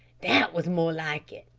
that wos more like it.